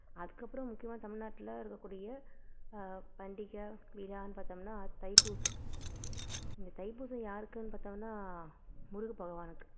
அதுக்கப்பறம் முக்கியமாக தமிழ்நாட்டில் இருக்கக்கூடிய பண்டிகை விழான்னு பார்த்தோம்னா தைப்பூசம் இந்த தைப்பூசம் யாருக்குன்னு பார்த்தோம்னா முருக பகவானுக்கு